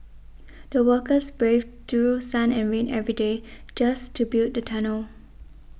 the workers braved through sun and rain every day just to build the tunnel